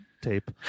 tape